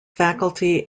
faculty